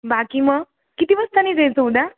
बाकी मग किती वाजता निघायचं उद्या